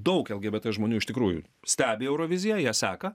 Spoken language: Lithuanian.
daug lgbt žmonių iš tikrųjų stebi euroviziją ją seka